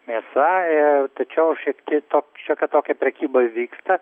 mėsa ir tačiau šiek ti šiokia tokia prekyba vyksta